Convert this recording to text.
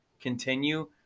continue